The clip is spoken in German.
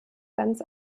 ganz